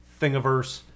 Thingiverse